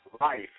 life